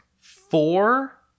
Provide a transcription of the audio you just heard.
four